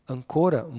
Ancora